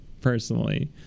personally